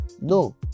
No